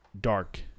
dark